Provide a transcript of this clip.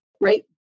right